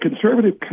conservative